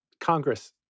Congress